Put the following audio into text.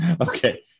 okay